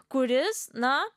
kuris na